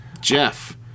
Jeff